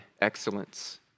excellence